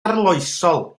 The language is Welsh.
arloesol